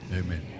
Amen